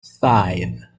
five